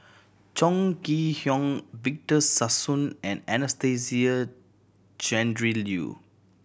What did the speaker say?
Chong Kee Hiong Victor Sassoon and Anastasia Tjendri Liew